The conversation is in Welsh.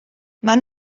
maen